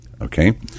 Okay